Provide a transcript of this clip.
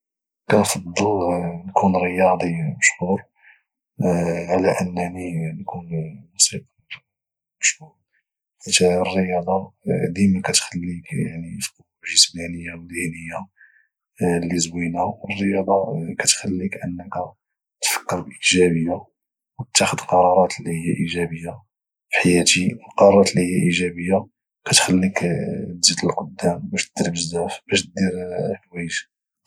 كنفضل نكون رياضي مشهور على انني نكون موسيقار مشهور حيت الرياضة ديما كتخليك يعني في قوة جسمانية وذهنية اللي زوينة والرياضة كتخليك انك تفكر باجابية وتاخد قرارات اللي هي اجابية في حياتي والقرارات اللي هي اجابية كتخليك دزيد لقدام باش انك دير حوايج كتقدر